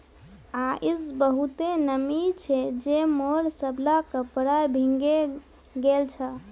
आइज बहुते नमी छै जे मोर सबला कपड़ा भींगे गेल छ